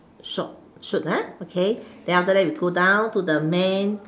shot shoot ah okay then after that we go down to the man